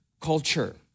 culture